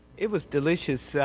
it was delicious.